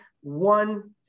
one